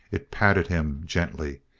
it patted him gently.